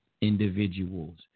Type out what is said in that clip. individuals